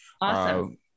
Awesome